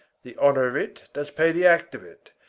the honor of it does pay the act of it,